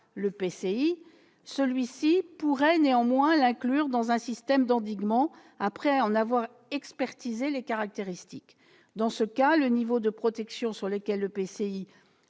l'EPCI, celui-ci pourrait néanmoins l'inclure dans un système d'endiguement après en avoir expertisé les caractéristiques. Dans ce cas, le niveau de protection sur lequel l'EPCI